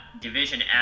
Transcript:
Division